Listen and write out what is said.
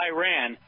Iran